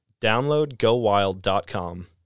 DownloadGoWild.com